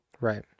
right